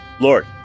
lord